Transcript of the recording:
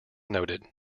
noted